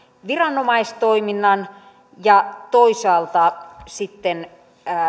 viranomaistoiminnan ja toisaalta sitten